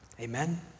Amen